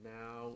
now